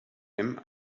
him